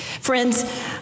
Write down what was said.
Friends